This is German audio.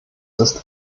ist